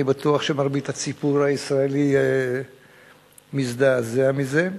אני בטוח שמרבית הציבור הישראלי מזדעזע מזה,